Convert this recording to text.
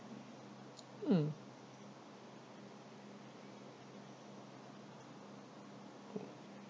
mm